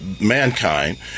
mankind